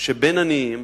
שבן עניים,